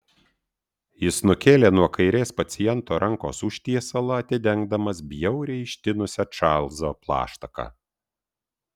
jis nukėlė nuo kairės paciento rankos užtiesalą atidengdamas bjauriai ištinusią čarlzo plaštaką